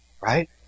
Right